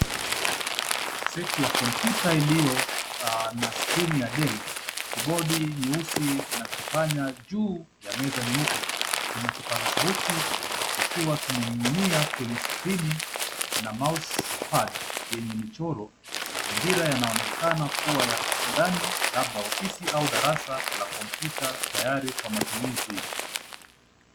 Seti ya kompyuta iliyo na skrini ya Dell, kibodi nyeusi na kipanya juu ya meza nyeupe. Kuna kipaza sauti ikiwa kimening'inia kwenye skrini na mouse pad yenye michoro. Mazingira yanaonekana kuwa ya ndani labda ofisi au darasa la kompyuta tayari kwa matumizi.